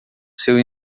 seu